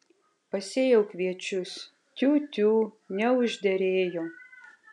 pasėjau kviečius tiu tiū neužderėjo